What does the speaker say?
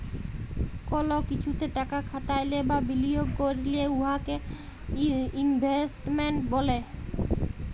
call কিছুতে টাকা খাটাইলে বা বিলিয়গ ক্যইরলে উয়াকে ইলভেস্টমেল্ট ব্যলে